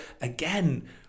again